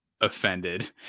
offended